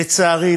לצערי,